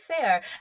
fair